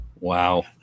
Wow